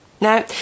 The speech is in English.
Now